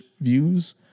views